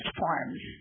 forms